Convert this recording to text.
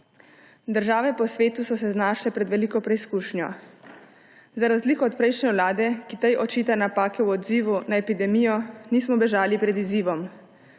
Države po svetu so se znašle pred veliko preizkušnjo. Za razliko od prejšnje vlade, ki tej očita napake v odzivu na epidemijo, nismo bežali pred izzivom.